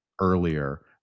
earlier